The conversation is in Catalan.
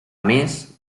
més